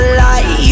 light